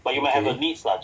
okay